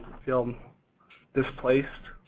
feel displaced.